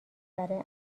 برای